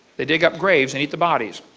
they dig up graves and eat the bodies.